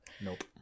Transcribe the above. nope